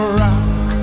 rock